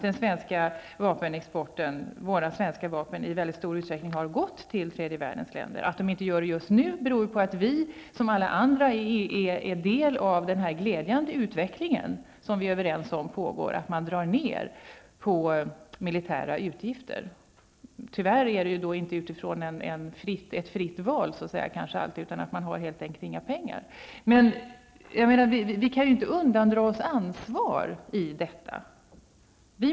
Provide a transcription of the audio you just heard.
Den svenska vapenexporten och våra svenska vapen har i mycket stor utsträckning gått till tredje världens länder. Att de inte gör det just nu beror på att vi, som alla andra, är en del av den glädjande utveckling som vi är överens om pågår och att man drar ner på de militära utgifterna. Tyvärr är det kanske inte alltid utifrån ett fritt val, utan man har helt enkelt inte pengar. Vi kan inte undandra oss ansvar för detta.